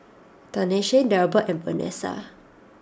Tanesha Delbert and Vanessa